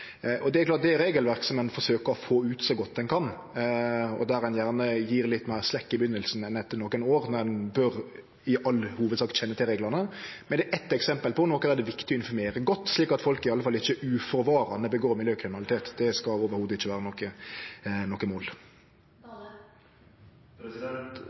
Det er klart at det er regelverk som ein forsøkjer å få ut så godt ein kan, og der ein gjerne gjev litt meir slakk i byrjinga enn etter nokre år, men ein bør i all hovudsak kjenne til reglane. Det er eitt eksempel på noko der det er viktig å informere godt, slik at folk i alle fall ikkje uforvarande driv med miljøkriminalitet. Det skal ikkje vere noko mål.